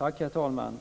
Herr talman!